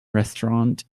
restaurant